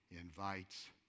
invites